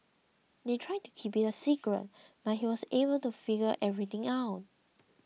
they tried to keep it a secret but he was able to figure everything out